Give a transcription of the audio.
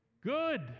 good